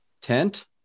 tent